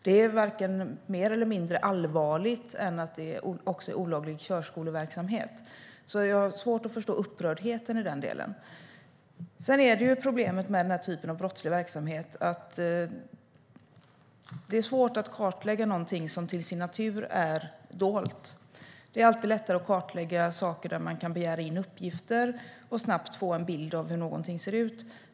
Det är varken mer eller mindre allvarligt än att det också är olaglig körskoleverksamhet. Jag har svårt att förstå upprördheten i den delen. Sedan är problemet med den här typen av brottslig verksamhet att det är svårt att kartlägga någonting som till sin natur är dolt. Det är alltid lättare att kartlägga saker när man kan begära in uppgifter och snabbt få en bild av hur någonting ser ut.